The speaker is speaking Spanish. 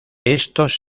estos